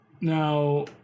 Now